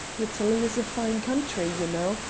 italy is a fine country, you know,